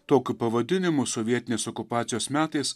tokiu pavadinimu sovietinės okupacijos metais